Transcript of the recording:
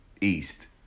East